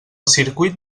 circuit